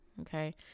Okay